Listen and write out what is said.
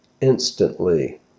instantly